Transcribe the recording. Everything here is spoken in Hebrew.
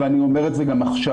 ואני אומר את זה גם עכשיו,